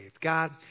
God